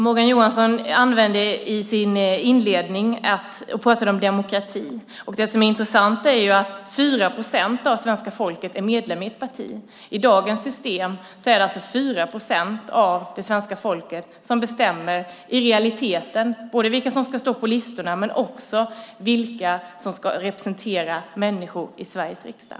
Morgan Johansson pratade i sin inledning om demokrati. Det är intressant att 4 procent av svenska folket är medlemmar i ett parti. I dagens system är det alltså 4 procent av det svenska folket som bestämmer i realiteten både vilka som ska stå på listorna och vilka som ska representera människor i Sveriges riksdag.